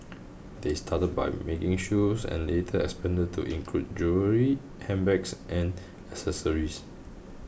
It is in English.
they started by making shoes and later expanded to include jewellery handbags and accessories